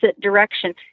direction